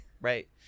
right